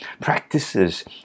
practices